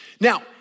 now